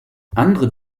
andere